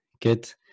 good